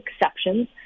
exceptions